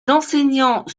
enseignants